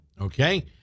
Okay